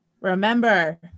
remember